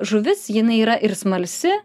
žuvis jinai yra ir smalsi